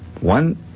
one